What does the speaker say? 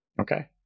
Okay